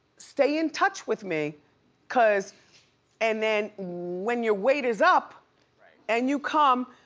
stay in touch with me cause and then when your wait is up and you come,